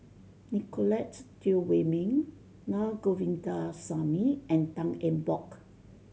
Nicolette Teo Wei Min Na Govindasamy and Tan Eng Bock